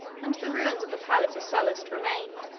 and the ruins of the palace of sallust remained,